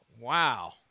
Wow